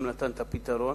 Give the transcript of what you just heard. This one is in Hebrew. גם נתן את הפתרון,